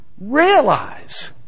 realize